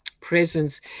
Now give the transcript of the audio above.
presence